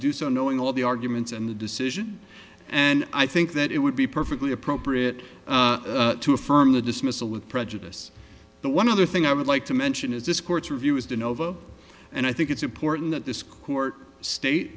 do so knowing all the arguments and the decision and i think that it would be perfectly appropriate to affirm the dismissal with prejudice the one other thing i would like to mention is this court's review and i think it's important that this court state